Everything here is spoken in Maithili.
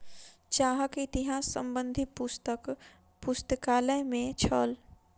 चाहक इतिहास संबंधी पुस्तक पुस्तकालय में छल